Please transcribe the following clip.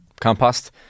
compost